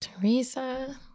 Teresa